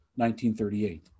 1938